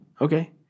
Okay